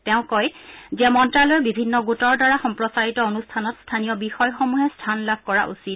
তেওঁ কয় যে মন্ত্ৰালয়ৰ বিভিন্ন গোটৰ দ্বাৰা সম্প্ৰচাৰিত অনুষ্ঠানত স্থানীয় বিষয়সমূহে স্থান লাভ কৰা উচিত